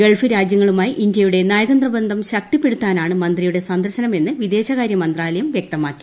Gulf രാജ്യങ്ങളുമായി ഇന്ത്യയുടെ നയതന്ത്ര ബന്ധം ശക്തിപ്പെടുത്താനാണ് മന്ത്രിയുടെ സന്ദർശനമെന്ന് വിദേശകാര്യ മന്ത്രാലയം വ്യക്തമാക്കി